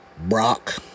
Brock